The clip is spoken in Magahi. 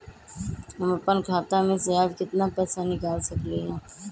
हम अपन खाता में से आज केतना पैसा निकाल सकलि ह?